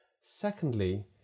Secondly